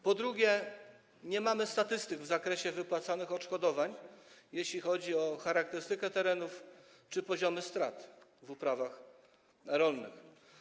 Po drugie, nie mamy statystyk w zakresie wypłacanych odszkodowań, jeśli chodzi o charakterystykę terenów czy poziomy strat w uprawach rolnych.